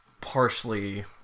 partially